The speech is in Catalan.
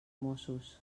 mossos